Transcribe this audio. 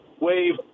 wave